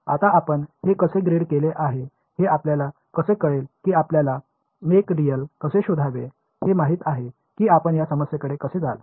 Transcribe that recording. आता आपण हे कसे ग्रीड केले आहे हे आपल्याला कसे कळेल की आपल्याला मेक dl कसे शोधावे हे माहित आहे की आपण या समस्येकडे कसे जाल